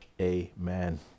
amen